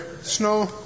Snow